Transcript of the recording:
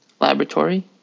laboratory